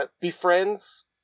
befriends